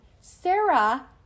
Sarah